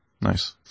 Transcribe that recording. Nice